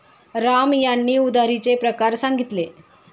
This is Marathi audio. राम यांनी उधारीचे प्रकार सांगितले